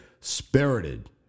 spirited